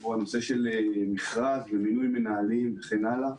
הנושא של מכרז ומינוי מנהלים וכן הלאה.